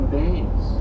days